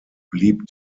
blieb